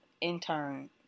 intern